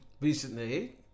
recently